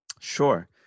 Sure